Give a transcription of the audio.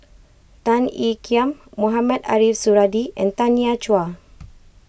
Tan Ean Kiam Mohamed Ariff Suradi and Tanya Chua